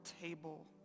table